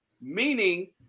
meaning